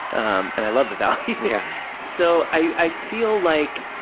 um and i love the valley. yeah so, i feel like